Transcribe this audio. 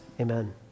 Amen